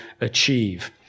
achieve